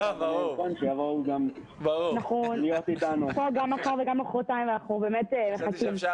אנחנו כאן גם מחר ומחרתיים ואנחנו באמת מחכים.